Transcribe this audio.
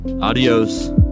Adios